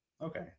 Okay